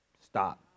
stop